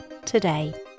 today